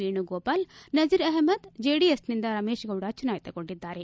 ವೇಣು ಗೋಪಾಲ್ ನಜೀರ್ ಅಹಮದ್ ಜೆಡಿಎಸ್ನಿಂದ ರಮೇಶ್ಗೌಡ ಚುನಾಯಿತಗೊಂಡಿದ್ದಾರೆ